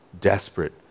desperate